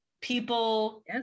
people